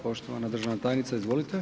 Poštovana državna tajnica, izvolite.